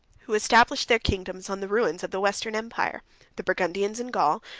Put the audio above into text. who established their kingdoms on the ruins of the western empire the burgundians in gaul,